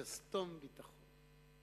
שסתום ביטחון.